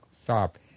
stop